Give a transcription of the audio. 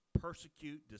persecute